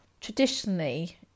Traditionally